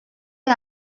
est